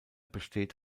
besteht